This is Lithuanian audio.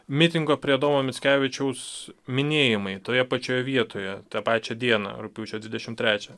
mitingo prie adomo mickevičiaus minėjimai toje pačioje vietoje tą pačią dieną rugpjūčio dvidešimt trečią